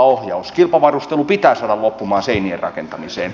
kilpavarustelu pitää saada loppumaan seinien rakentamiseen